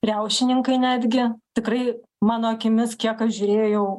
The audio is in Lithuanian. riaušininkai netgi tikrai mano akimis kiek aš žiūrėjau